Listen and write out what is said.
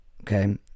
Okay